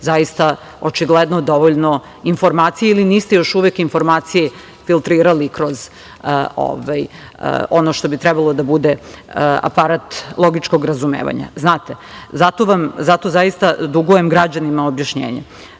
zaista očigledno dovoljno informacija ili niste još uvek informacije filtrirali kroz ono što bi trebalo da bude aparat logičnog razumevanja. Zato zaista dugujem građanima objašnjenje. Prvo,